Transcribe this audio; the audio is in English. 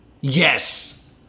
Yes